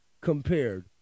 compared